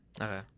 Okay